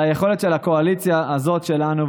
על היכולת של הקואליציה הזאת שלנו,